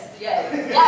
yes